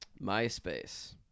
Myspace